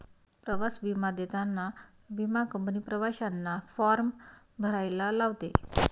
प्रवास विमा देताना विमा कंपनी प्रवाशांना फॉर्म भरायला लावते